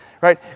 right